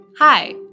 Hi